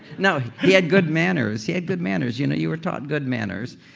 no. he had good manners. he had good manners. you know you were taught good manners,